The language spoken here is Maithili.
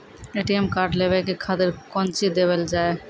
ए.टी.एम कार्ड लेवे के खातिर कौंची देवल जाए?